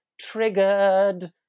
triggered